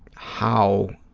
how,